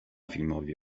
filmowi